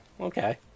okay